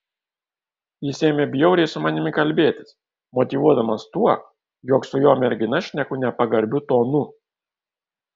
jis ėmė bjauriai su manimi kalbėtis motyvuodamas tuo jog su jo mergina šneku nepagarbiu tonu